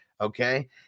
Okay